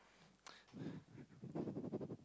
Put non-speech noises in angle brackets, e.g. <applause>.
<noise> <breath>